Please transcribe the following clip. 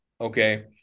okay